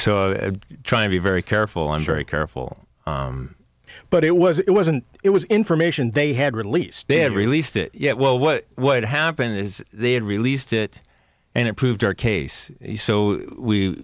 so try to be very careful i'm very careful but it was it wasn't it was information they had released they had released it yet well what would happen is they had released it and it proved our case so we